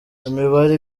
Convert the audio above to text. imibare